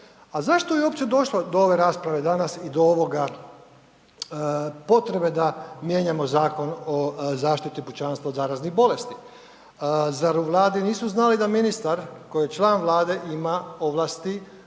A zašto je uopće došlo do ove rasprave danas i do ovoga potrebe da mijenjamo Zakon o zaštiti pučanstva od zaraznih bolesti. Zar u Vladi nisu znali da ministar koji je član Vlade ima ovlasti